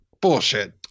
Bullshit